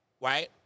right